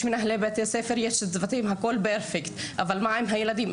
על צוותים והכל Perfect, אבל מה עם הילדים?